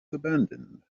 abandoned